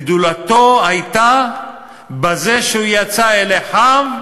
גדולתו הייתה בזה שהוא יצא אל אחיו,